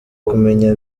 kumenya